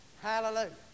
Hallelujah